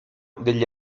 degli